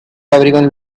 everyone